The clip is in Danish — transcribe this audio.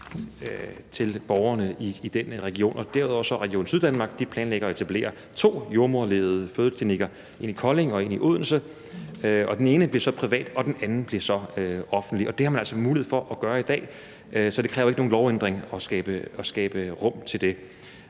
til borgerne i den region. Derudover planlægger Region Syddanmark at etablere to jordemoderledede fødeklinikker, en i Kolding og en i Odense, og den ene bliver så privat, og den anden bliver offentlig. Det har man altså mulighed for at gøre i dag, så det kræver ikke nogen lovændring at skabe rum til det.